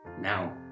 Now